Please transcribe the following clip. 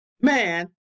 man